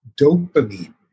dopamine